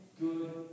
good